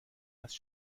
است